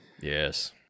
Yes